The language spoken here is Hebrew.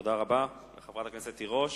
תודה רבה לחברת הכנסת תירוש.